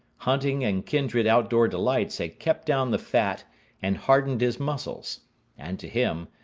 hunting and kindred outdoor delights had kept down the fat and hardened his muscles and to him,